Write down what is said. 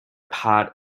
pat